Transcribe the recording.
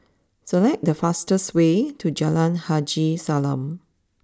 select the fastest way to Jalan Haji Salam